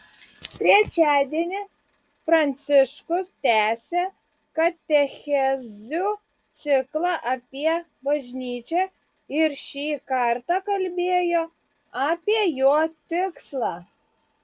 trečiadienį pranciškus tęsė katechezių ciklą apie bažnyčią ir šį kartą kalbėjo apie jo tikslą